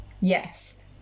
yes